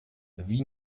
wie